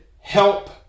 help